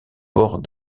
bord